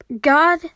God